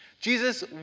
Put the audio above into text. Jesus